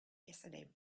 yesterday